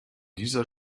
dieser